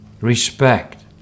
respect